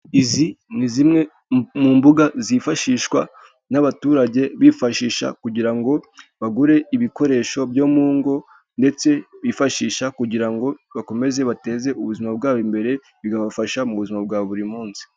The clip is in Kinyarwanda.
Izi ni zimwe mu mbuga zifashishwa n'abaturage bifashisha kugira ngo bagure ibikoresho byo mu ngo, ndetse bifashisha kugira ngo bakomeze bateze ubuzima bwabo imbere, bikabafasha mu buzima bwa buri munsi.